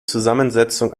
zusammensetzung